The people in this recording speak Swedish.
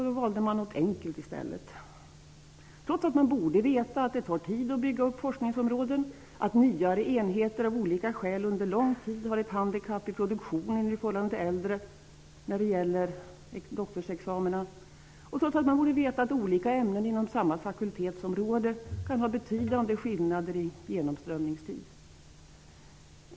Då valde man något enkelt, trots att man borde veta att det tar tid att bygga upp forskningsområden, att nyare enheter av olika skäl under lång tid har ett handikapp i produktionen i förhållande till äldre när det gäller doktorsexamina, och trots att man borde veta att olika ämnen inom samma fakultetsområde kan ha betydande skillnader i genomströmningstid.